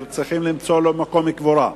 וצריכים למצוא לו מקום קבורה.